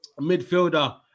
midfielder